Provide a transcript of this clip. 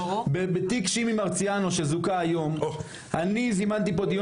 בתיק שימי מרציאנו שזוכה היום אני זימנתי פה דיון